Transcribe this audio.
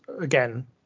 again